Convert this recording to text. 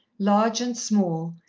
large and small,